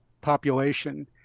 population